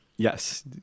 Yes